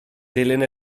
dilyn